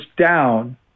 down